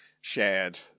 shared